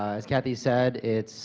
as cathy said, it's